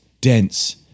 dense